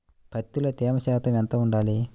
పత్తిలో తేమ శాతం ఎంత ఉండాలి?